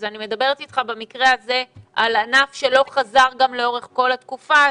אני מדברת אתך במקרה הזה על ענף שלא חזר לאורך כל התקופה הזו.